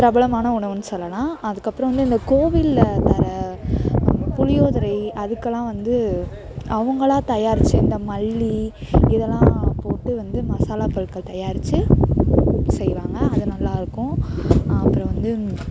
பிரபலமான உணவுன் சொல்லலாம் அதுக்கப்பறம் வந்து இந்த கோவில்ல தர புளியோதரை அதுக்கெலாம் வந்து அவங்களாக தயாரித்த இந்த மல்லி இதெல்லாம் போட்டு வந்து மசாலா பொருட்கள் தயாரித்து செய்வாங்க அது நல்லாருக்கும் அப்புறம் வந்து